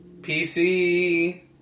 PC